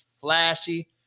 flashy